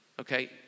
okay